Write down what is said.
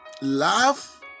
love